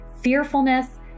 fearfulness